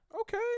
Okay